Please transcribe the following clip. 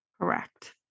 Correct